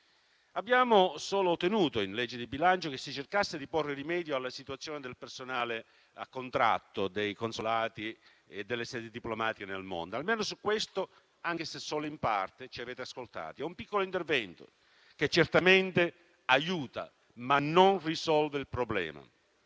Abbiamo solo ottenuto in legge di bilancio che si cercasse di porre rimedio alla situazione del personale a contratto dei consolati e delle sedi diplomatiche nel mondo: almeno su questo, anche se solo in parte, ci avete ascoltati; è un piccolo intervento, che certamente aiuta, ma non risolve il problema.